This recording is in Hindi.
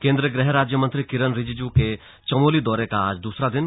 केंद्रीय गृह राज्य मंत्री किरन रिजीजू के चमोली दौरे का आज दूसरा दिन था